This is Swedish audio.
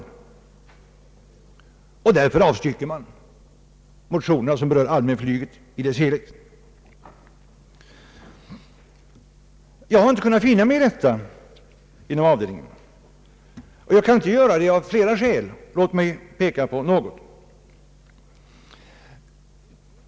Därför avstyrker man de motioner som berör allmänflyget i dess helhet. Jag har inte kunnat finna mig i detta och det av flera skäl. Låt mig peka på några.